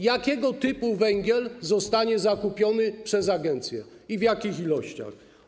Jakiego typu węgiel zostanie zakupiony przez agencję i w jakich ilościach?